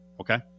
Okay